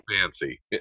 fancy